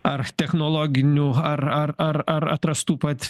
ar technologinių ar ar ar ar atrastų pats